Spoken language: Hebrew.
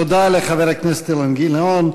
תודה לחבר הכנסת אילן גילאון.